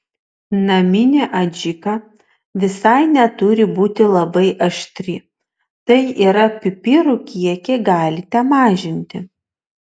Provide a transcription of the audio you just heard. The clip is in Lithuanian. naminė adžika visai neturi būti labai aštri tai yra pipirų kiekį galite mažinti